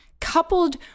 coupled